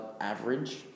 average